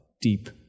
deep